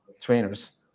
trainers